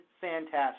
fantastic